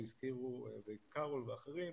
קרול ואחרים,